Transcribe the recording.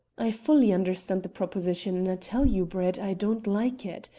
i fully understand the proposition, and i tell you, brett, i don't like it.